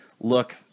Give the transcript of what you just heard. look